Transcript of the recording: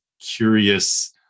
curious